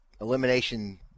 elimination